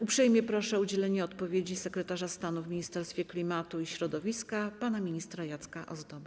Uprzejmie proszę o udzielenie odpowiedzi sekretarza stanu w Ministerstwie Klimatu i Środowiska pana ministra Jacka Ozdobę.